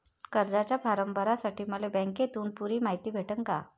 कर्जाचा फारम भरासाठी मले बँकेतून पुरी मायती भेटन का?